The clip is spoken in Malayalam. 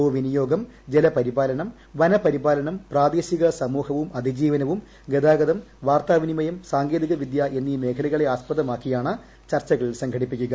ഭൂവിനിയോഗം ജല പരിപാലനം വന പരിപ്പിൽനം പ്രാദേശിക സമൂഹവും അതിജീവനവും ഗതാഗതം വാർത്താ വിനിമയം സാങ്കേതിക വിദ്യ എന്നീ മേഖലകളെ ആസ്പ്രദ്മാക്കിയാണ് ചർച്ചകൾ സംഘടിപ്പിക്കുക